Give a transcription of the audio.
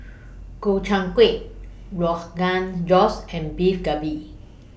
Gobchang Gui Rogan Josh and Beef Galbin